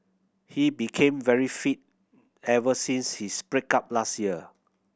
he became very fit ever since his break up last year